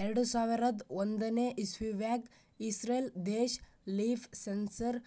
ಎರಡು ಸಾವಿರದ್ ಒಂದನೇ ಇಸವ್ಯಾಗ್ ಇಸ್ರೇಲ್ ದೇಶ್ ಲೀಫ್ ಸೆನ್ಸರ್